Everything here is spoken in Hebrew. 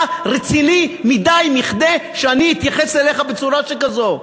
אתה רציני מכדי שאני אתייחס אליך בצורה שכזאת.